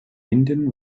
minden